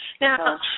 Now